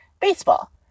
baseball